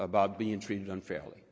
bout being treated unfairly